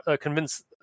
convince